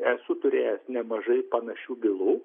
esu turėjęs nemažai panašių bylų